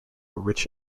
rich